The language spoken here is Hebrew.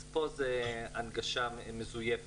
אז פה זו הנגשה מזויפת.